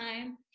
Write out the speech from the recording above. time